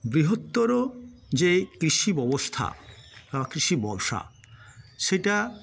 বৃহত্তর যে কৃষি ব্যবসা আ কৃষি ব্যবসা সেটা